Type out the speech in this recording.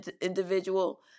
individual